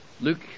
Luke